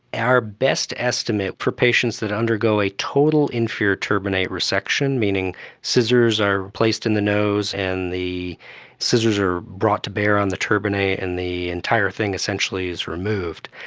our best estimate for patients that undergo a total inferior turbinate resection, meaning scissors are placed in the nose and the scissors are brought to bear on the turbinate and the entire thing essentially is removed.